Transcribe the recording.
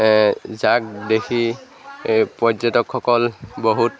যাক দেখি পৰ্যটকসকল বহুত